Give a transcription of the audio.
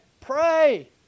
pray